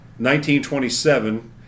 1927